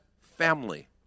family